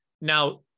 Now